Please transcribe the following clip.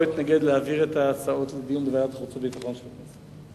לא אתנגד להעברת ההצעות לדיון בוועדת החוץ והביטחון של הכנסת.